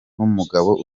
n’umugabo